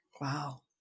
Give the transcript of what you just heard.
Wow